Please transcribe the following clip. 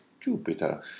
Jupiter